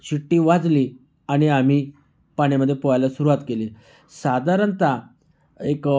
शिट्टी वाजली आणि आम्ही पाण्यामध्ये पोहायला सुरुवात केली साधारणतः एक